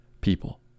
people